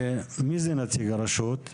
ומי זה נציג הרשות?